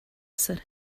said